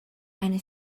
eine